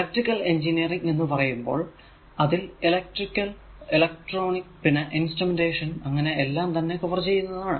electrical engineering എന്ന് പറയുമ്പോൾ അതിൽ ഇലെക്ട്രിക്കൽ ഇലക്ട്രോണിക് പിന്നെ ഇൻസ്ട്രുമെന്റേഷൻ അങ്ങനെ എല്ലാം തന്നെ കവർ ചെയ്യുന്നതാണ്